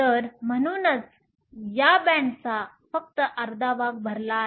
तर म्हणूनच या बँडचा फक्त अर्धा भाग भरला आहे